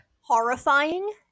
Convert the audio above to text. Horrifying